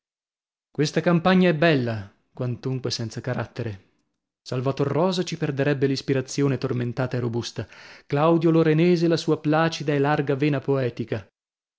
questa campagna è bella quantunque senza carattere salvator rosa ci perderebbe l'ispirazione tormentata e robusta claudio lorenese la sua placida e larga vena poetica